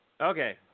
Okay